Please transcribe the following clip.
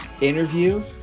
interview